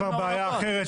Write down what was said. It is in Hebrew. זו כבר בעיה אחרת,